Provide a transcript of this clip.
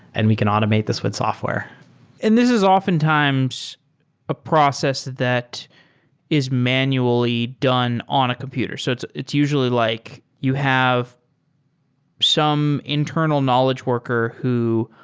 and we can automate this with software and this is often times a process that is manually done on a computer. so it's it's usually like you have some internal knowledge worker who,